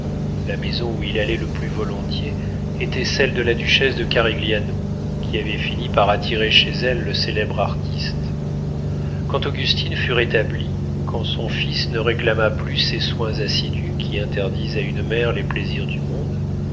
la maison où il allait le plus volontiers était celle de la duchesse de carigliano qui avait fini par attirer chez elle le célèbre artiste quand augustine fut rétablie quand son fils ne réclama plus ces soins assidus qui interdisent à une mère les plaisirs du monde